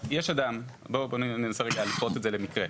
בוא ננסה לפרוט את זה למקרה.